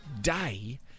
Day